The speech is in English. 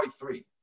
three